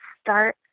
start